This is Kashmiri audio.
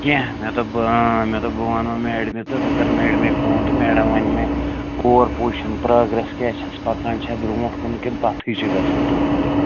کینٛہہ مےٚ دوٚپ بہٕ مےٚ دوٚپ بہٕ وَنو میڈمہِ تہٕ بہٕ کرٕ میڈمے فون تہٕ میڈم وَنہِ مےٚ پُوَر پُزِشن پرٛاگرٮ۪س کیٛاہ چھَس پَکان چھےٚ برٛونٛٹھ کُن کِنہٕ پَتھٕے چھِ گژھان دۄہ کھۄ دۄہ